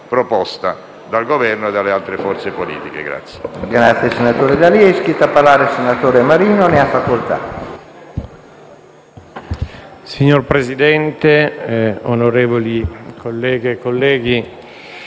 proposto dal Governo e dalle altre forze politiche.